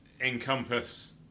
encompass